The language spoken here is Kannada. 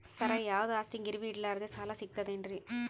ಸರ, ಯಾವುದು ಆಸ್ತಿ ಗಿರವಿ ಇಡಲಾರದೆ ಸಾಲಾ ಸಿಗ್ತದೇನ್ರಿ?